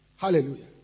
Hallelujah